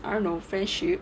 I don't know friendship